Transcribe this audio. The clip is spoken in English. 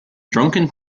drunken